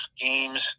games